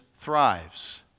thrives